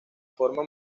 forma